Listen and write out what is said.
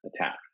attack